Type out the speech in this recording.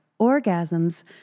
orgasms